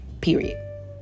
period